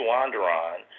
Wanderon